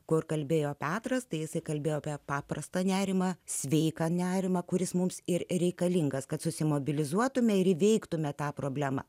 kur kalbėjo petras tai jisai kalbėjo apie paprastą nerimą sveiką nerimą kuris mums ir reikalingas kad susimobilizuotumėme ir įveiktumėme tą problemą